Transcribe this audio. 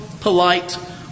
polite